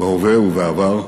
בהווה ובעבר,